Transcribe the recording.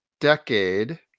decade